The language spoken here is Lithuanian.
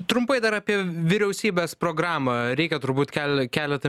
trumpai dar apie vyriausybės programą reikia turbūt kel keletą